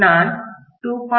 நான் 2